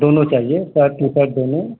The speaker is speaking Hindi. दोनों चाहिए सर्ट टी सर्ट दोनों